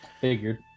Figured